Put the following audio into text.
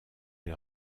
les